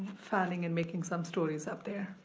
fanning and making some stories up there.